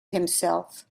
himself